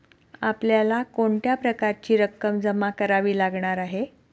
आपल्याला कोणत्या प्रकारची रक्कम जमा करावी लागणार आहे?